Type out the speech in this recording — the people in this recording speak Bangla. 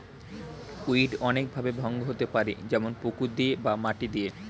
উইড অনেক ভাবে ভঙ্গ হতে পারে যেমন পুকুর দিয়ে বা মাটি দিয়ে